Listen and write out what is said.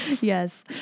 Yes